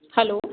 hello